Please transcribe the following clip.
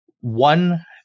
one